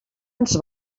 ens